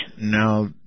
Now